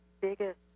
biggest